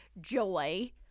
joy